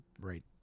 right